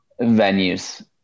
venues